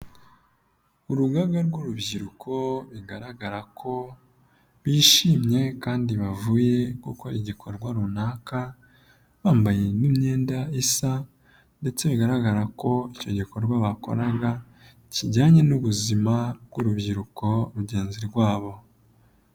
Urugaga rw'urubyiruko bigaragara ko bishimye kandi bavuye gukora igikorwa runaka, bambaye n'iyenda isa ndetse bigaragara ko icyo gikorwa bakoraga kijyanye n'ubuzima bw'urubyiruko rugenzi rwabo.